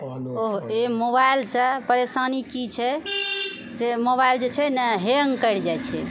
एहि मोबाइलसँ परेशानी कि छै से मोबाइल जे छै नहि हैङ्ग करि जाइत छै